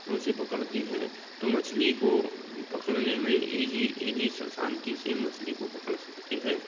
उसे पकड़ती है तो मछली को पकड़ने में इजीएली शांति से मछली को पकड़ सकते हैं